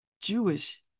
Jewish